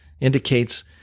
indicates